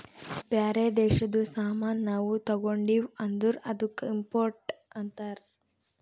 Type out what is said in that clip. ಬ್ಯಾರೆ ದೇಶದು ಸಾಮಾನ್ ನಾವು ತಗೊಂಡಿವ್ ಅಂದುರ್ ಅದ್ದುಕ ಇಂಪೋರ್ಟ್ ಅಂತಾರ್